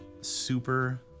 super